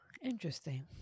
Interesting